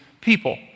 people